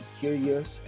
curious